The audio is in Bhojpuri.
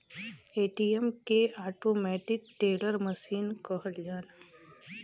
ए.टी.एम के ऑटोमेटिक टेलर मसीन कहल जाला